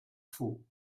faux